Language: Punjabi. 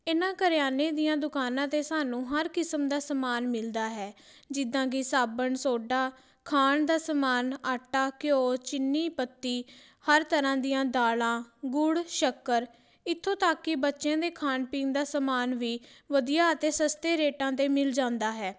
ਇਹਨਾਂ ਕਰਿਆਨੇ ਦੀਆਂ ਦੁਕਾਨਾਂ 'ਤੇ ਸਾਨੂੰ ਹਰ ਕਿਸਮ ਦਾ ਸਮਾਨ ਮਿਲਦਾ ਹੈ ਜਿੱਦਾਂ ਕਿ ਸਾਬਣ ਸੋਡਾ ਖਾਣ ਦਾ ਸਮਾਨ ਆਟਾ ਘਿਓ ਚੀਨੀ ਪੱਤੀ ਹਰ ਤਰ੍ਹਾਂ ਦੀਆਂ ਦਾਲਾਂ ਗੁੜ ਸ਼ੱਕਰ ਇਥੋਂ ਤੱਕ ਕਿ ਬੱਚਿਆਂ ਦੇ ਖਾਣ ਪੀਣ ਦਾ ਸਮਾਨ ਵੀ ਵਧੀਆ ਅਤੇ ਸਸਤੇ ਰੇਟਾਂ 'ਤੇ ਮਿਲ ਜਾਂਦਾ ਹੈ